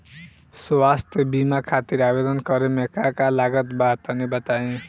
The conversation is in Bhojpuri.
स्वास्थ्य बीमा खातिर आवेदन करे मे का का लागत बा तनि बताई?